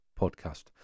podcast